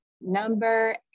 Number